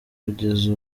kugeza